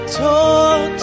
talk